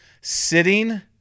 sitting